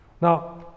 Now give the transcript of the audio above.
Now